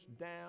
down